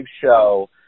show